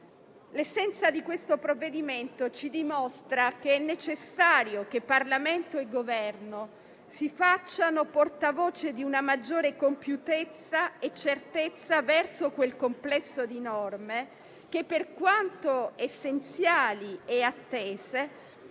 L'essenza di questo provvedimento ci dimostra che è necessario che Parlamento e Governo si facciano portavoce di una maggiore compiutezza e certezza verso quel complesso di norme che, per quanto essenziali e attese,